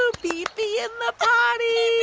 um pee-pee in the potty